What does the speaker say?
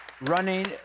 Running